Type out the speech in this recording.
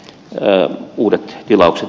tänään uudet tilaukset